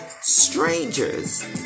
strangers